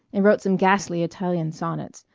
and wrote some ghastly italian sonnets,